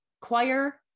choir